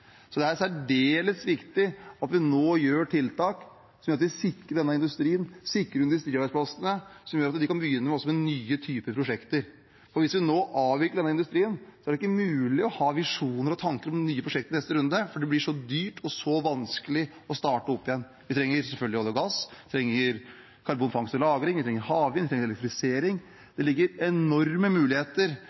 Det er særdeles viktig at vi nå setter inn tiltak som gjør at vi sikrer denne industrien, sikrer industriarbeidsplassene, slik at de også kan begynne med nye typer prosjekter. Hvis vi nå avvikler denne industrien, er det ikke mulig å ha visjoner og tanker om nye prosjekter i neste runde, for det blir så dyrt og så vanskelig å starte opp igjen. Vi trenger selvfølgelig olje og gass, vi trenger karbonfangst og -lagring, vi trenger havvind, og vi trenger elektrifisering. Det ligger enorme muligheter